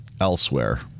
elsewhere